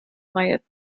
might